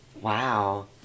Wow